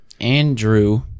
Andrew